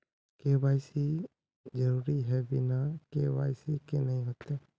KYC जरुरी है बिना के.वाई.सी के नहीं होते?